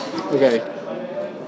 Okay